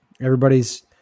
Everybody's